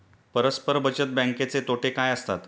परस्पर बचत बँकेचे तोटे काय असतात?